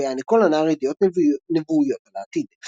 בהעניקו לנער ידיעות נבואיות על העתיד.